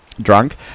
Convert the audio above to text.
drunk